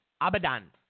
Abadan